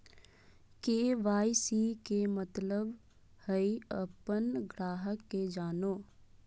KYC के मतलब हइ अपन ग्राहक के जानो